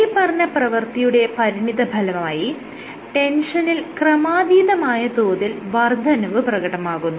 മേല്പറഞ്ഞ പ്രവൃത്തിയുടെ പരിണിതഫലമായി ടെൻഷനിൽ ക്രമാധീതമായ തോതിൽ വർദ്ധനവ് പ്രകടമാകുന്നു